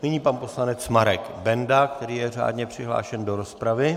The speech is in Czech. Nyní pan poslanec Marek Benda, který je řádně přihlášen do rozpravy.